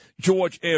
George